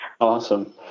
awesome